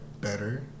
better